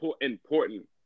important